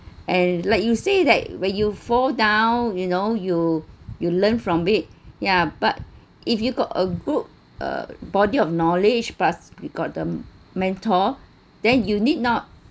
and like you say that when you fall down you know you you learn from it yeah but if you've got a good uh body of knowledge plus you got the mentor then you need not